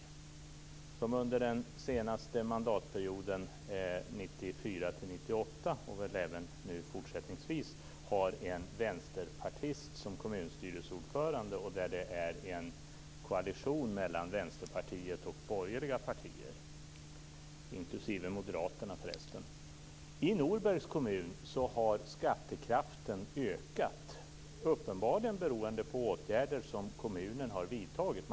Där har man under den senaste mandatperioden 1994-1998 haft, och har väl även fortsättningsvis, en vänsterpartist som kommunstyrelseordförande och en styrande koalition mellan Vänsterpartiet och borgerliga partier, inklusive Moderaterna. I Norbergs kommun har skattekraften ökat, uppenbarligen beroende på åtgärder som kommunen har vidtagit.